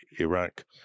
Iraq